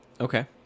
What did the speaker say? okay